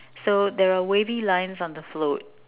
so there are wavy lines on the float